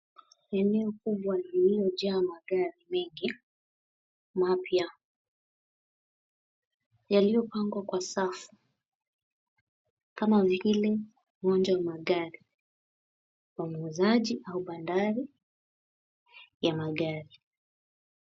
Eneo kubwa lililojaa magari mengi mapya yaliyopangwa kwa safu kama vile vunja wa magari muuzaji au bandari ya magari.